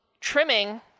trimming